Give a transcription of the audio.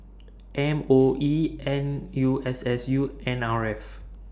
M O E N U S S U N R F